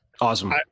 Awesome